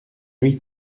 lui